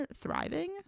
thriving